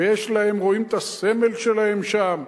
ויש להם, רואים את הסמל שלהם שם.